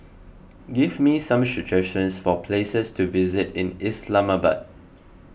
give me some suggestions for places to visit in Islamabad